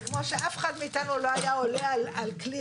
וכמו שאף אחד מאיתנו לא היה עולה על כלי